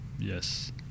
Yes